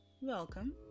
welcome